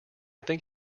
think